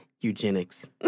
Eugenics